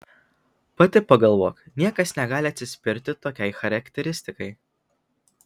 pati pagalvok niekas negali atsispirti tokiai charakteristikai